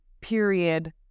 period